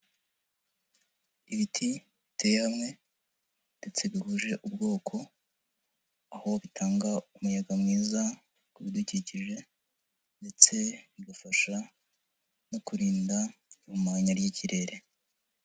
Ibiti biteye hamwe ndetse bihuje ubwoko, aho bitanga umuyaga mwiza ku bidukikije ndetse bigafasha no kurinda ihumanya ry'ikirere.